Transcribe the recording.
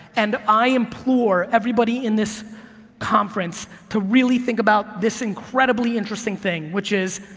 and i implore everybody in this conference to really think about this incredibly interesting thing which is